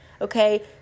okay